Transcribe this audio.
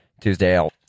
Tuesday